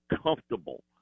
comfortable